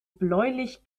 bläulich